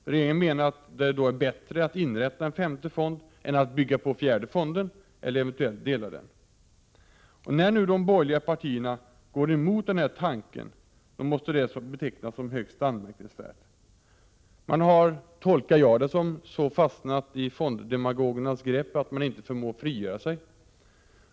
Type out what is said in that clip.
1987/88:47 då är bättre att inrätta en femte fond än att bygga på fjärde fonden eller 17 december 1987 eventuellt dela den. När nu de borgerliga partierna går emot tanken måste det betecknas som : högst anmärkningsvärt. Jag tolkar det som att man har fastnat så i P ensionsfonden fonddemagogernas grepp att man inte förmår frigöra sig.